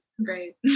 Great